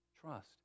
Trust